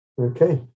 Okay